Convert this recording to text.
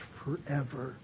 forever